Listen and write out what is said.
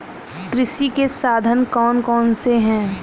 कृषि के साधन कौन कौन से हैं?